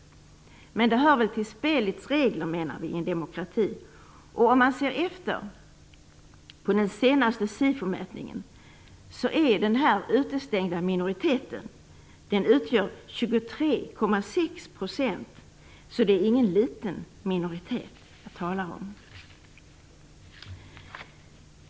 Men det hör till spelets regler i en demokrati, menar vi. Och om man utgår från den senaste SIFO-mätningen utgör den utestängda minoriteten 23,6 %, så det är ingen liten minoritet jag talar om.